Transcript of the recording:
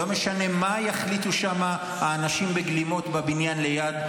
לא משנה מה יחליטו שם האנשים בגלימות בבניין ליד,